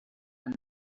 and